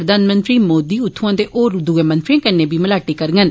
प्रधानमंत्री मोदी उत्थुआ दे होर दुए मंत्रिए कन्नै मलाटी करङन